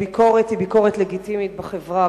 ביקורת היא לגיטימית בחברה,